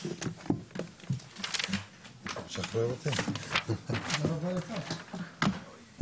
צריך לעקוב אחרי התפתחות הדברים.